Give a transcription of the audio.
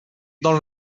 non